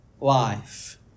life